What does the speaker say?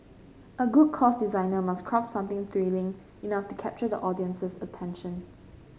a good course designer must craft something thrilling enough to capture the audience's attention